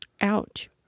Ouch